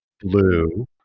Blue